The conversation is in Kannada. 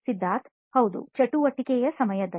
ಸಿದ್ಧಾರ್ಥ್ ಹೌದು ಚಟುವಟಿಕೆಯ ಸಮಯದಲ್ಲಿ